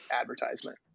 advertisement